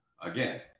again